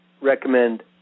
recommend